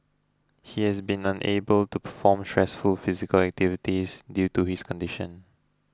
he has been unable to perform stressful physical activities due to his condition